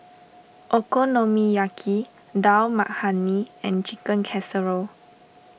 Okonomiyaki Dal Makhani and Chicken Casserole